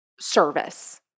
service